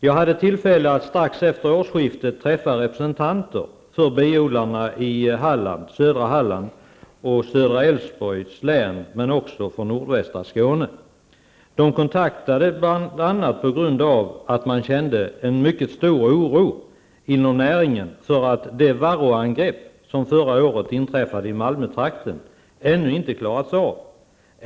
Jag hade tillfälle att strax efter årsskiftet träffa representanter för biodlarna i södra Halland och södra Älvsborgs län, men också från nordvästra Skåne. De kontaktade mig bl.a. på grund av att man kände en mycket stor oro inom näringen för att de varroaangrepp som förra året inträffade i Malmötrakten ännu inte klarats ut.